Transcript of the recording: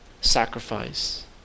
sacrifice